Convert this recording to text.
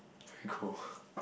very cold